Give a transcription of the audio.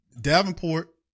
Davenport